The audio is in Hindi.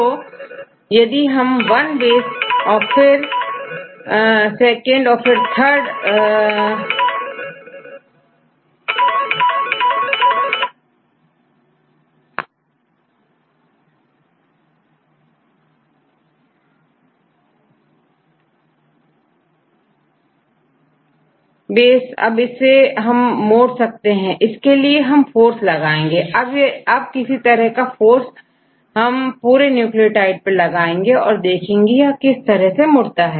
तो यदि हम वन बेस फिर फिर सेकंड और फिर थर्ड बेस अब इसे हम मोड सकते हैं इसके लिए हम फोर्स लगाएंगे अब किसी तरह का फोर्स हम पूरे न्यूक्लियोटाइड में लगाएंगे और देखेंगे यह किस तरह से मुड़ता है